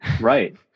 Right